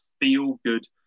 feel-good